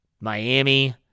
Miami